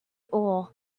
ore